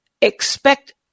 Expect